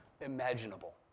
imaginable